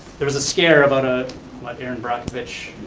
there was a scare about ah what erin brockovich.